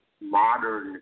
modern